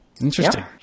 Interesting